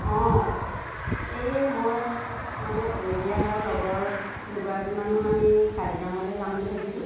অঁ এই মই মানে পৰিয়াল আৰু লগৰ দুগৰাকীমানো আমি কাজিৰঙালৈ যাম বুলি ভাবিছোঁ